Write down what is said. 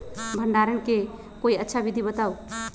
भंडारण के कोई अच्छा विधि बताउ?